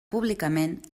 públicament